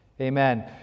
Amen